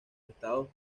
estados